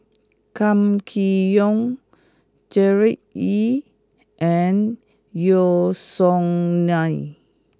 Kam Kee Yong Gerard Ee and Yeo Song Nian